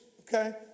okay